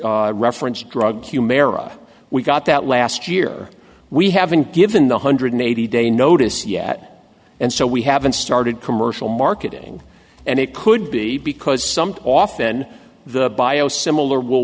the reference drug q mera we got that last year we haven't given the hundred eighty day notice yet and so we haven't started commercial marketing and it could be because some often the bio similar w